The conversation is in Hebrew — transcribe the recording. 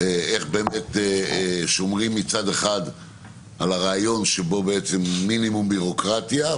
איך שומרים מצד אחד על רעיון של מינימום ביורוקרטיה,